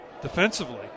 defensively